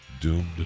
doomed